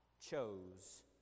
chose